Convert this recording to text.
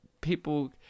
people